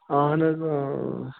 اہن حظ ٲں